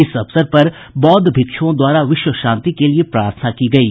इस अवसर पर बौद्ध भिक्षुओं द्वारा विश्व शांति के लिए प्रार्थना की गयी